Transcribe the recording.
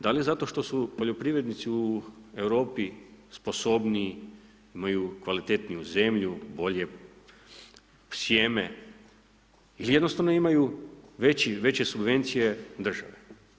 Da li zato što su poljoprivrednici u Europi sposobniji, imaju kvalitetniju zemlju, bolje sjeme ili jednostavno imaju veće subvencije države.